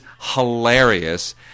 hilarious